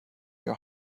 your